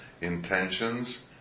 Intentions